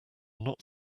not